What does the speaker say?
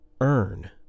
earn